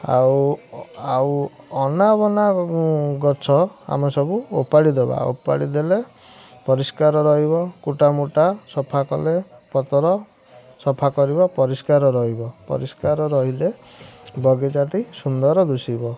ଆଉ ଆଉ ଅନାବନା ଗଛ ଆମେ ସବୁ ଉପାଡ଼ି ଦେବା ଉପାଡ଼ି ଦେଲେ ପରିଷ୍କାର ରହିବ କୁଟାମୁଟା ସଫା କଲେ ପତର ସଫା କରିବ ପରିଷ୍କାର ରହିବ ପରିଷ୍କାର ରହିଲେ ବଗିଚାଟି ସୁନ୍ଦର ଦିଶିବ